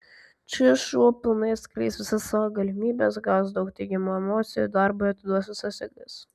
čia šuo pilnai atskleis visa savo galimybes gaus daug teigiamų emocijų darbui atiduos visas jėgas